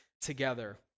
together